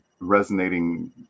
Resonating